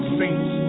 saints